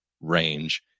range